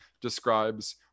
describes